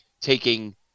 taking